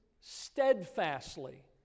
steadfastly